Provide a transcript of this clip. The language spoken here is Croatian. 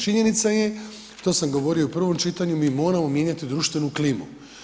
Činjenica je, to sam govorio i u prvom čitanju, mi moramo mijenjati društvenu klimu.